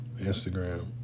Instagram